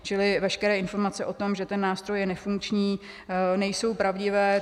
Čili veškeré informace o tom, že ten nástroj je nefunkční, nejsou pravdivé.